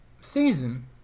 season